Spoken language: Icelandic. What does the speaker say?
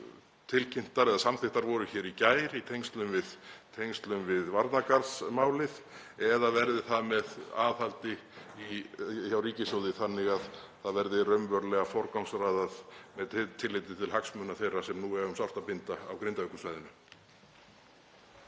eins og samþykktar voru hér í gær í tengslum við varnargarðsmálið eða verður það með aðhaldi hjá ríkissjóði þannig að það verði raunverulega forgangsraðað með tilliti til hagsmuna þeirra sem nú eiga um sárt að binda á Grindavíkursvæðinu?